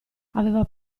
aveva